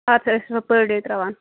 پَتہٕ ٲسِوٕ پٔر ڈیٚے ترٛاوان